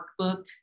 workbook